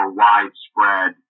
widespread